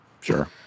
Sure